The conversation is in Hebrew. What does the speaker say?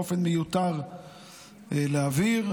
מיותר להבהיר,